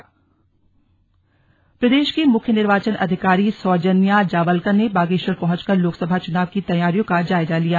slug मुख्य निर्वाचन अधिकारी प्रदेश की मुख्य निर्वाचन अधिकारी सौजन्या जावलकर ने बागेश्वर पहुंचकर लोकसभा चुनाव की तैयारियों का जायजा लिया